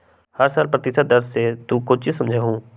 हर साल प्रतिशत दर से तू कौचि समझा हूँ